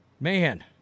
Man